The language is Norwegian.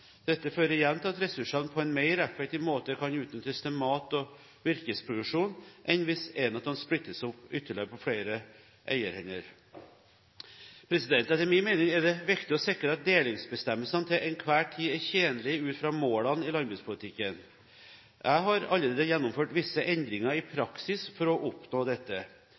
Dette fører igjen til at ressursene på en mer effektiv måte kan utnyttes til mat- og virkeproduksjon enn hvis enhetene splittes opp ytterligere på flere eierhender. Etter min mening er det viktig å sikre at delingsbestemmelsen til enhver tid er tjenlig ut fra målene i landbrukspolitikken. Jeg har allerede gjennomført visse endringer i praksis for å oppnå dette.